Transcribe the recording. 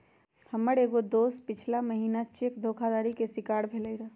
हमर एगो दोस पछिला महिन्ना चेक धोखाधड़ी के शिकार भेलइ र